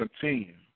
continue